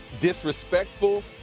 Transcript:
disrespectful